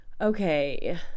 Okay